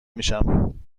میشم